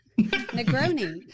Negroni